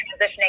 transitioning